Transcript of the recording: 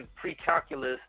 pre-calculus